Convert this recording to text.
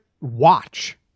watch